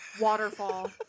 waterfall